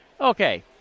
Okay